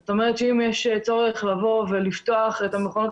זאת אומרת שאם יש צורך לבוא ולפתוח את המכונות